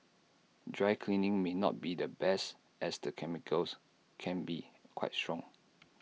dry cleaning may not be the best as the chemicals can be quite strong